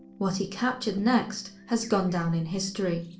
what he captured next has gone down in history,